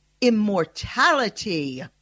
immortality